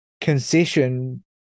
concession